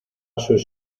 sus